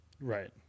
Right